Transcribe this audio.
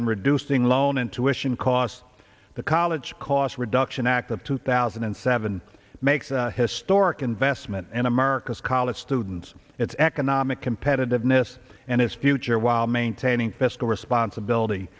and reducing loan intuition cost the college cost reduction act of two thousand and seven makes a historic investment in america's college students its economic competitiveness and its future while maintaining fiscal responsibility